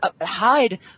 hide